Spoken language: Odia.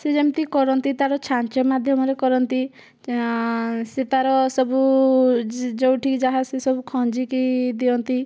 ସେ ଯେମିତି କରନ୍ତି ତାର ଛାଞ୍ଚ ମାଧ୍ୟମରେ କରନ୍ତି ସେ ତାର ସବୁ ଯେଉଁଠି ଯାହା ସେ ସବୁ ଖଞ୍ଜିକି ଦିଅନ୍ତି